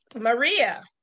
Maria